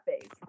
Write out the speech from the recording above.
phase